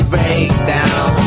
Breakdown